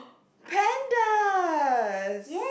pandas